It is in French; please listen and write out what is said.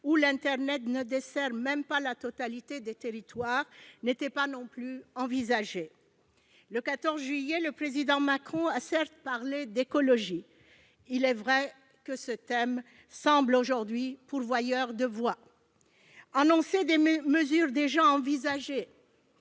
ne sont même pas desservis en totalité par internet, n'était pas non plus envisagé. Le 14 juillet dernier, le président Macron a certes parlé d'écologie- il est vrai que ce thème semble aujourd'hui pourvoyeur de voix. Annoncer des mesures déjà envisagées